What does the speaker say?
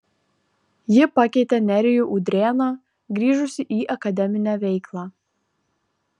ji pakeitė nerijų udrėną grįžusį į akademinę veiklą